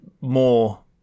more